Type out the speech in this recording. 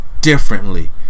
differently